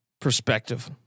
perspective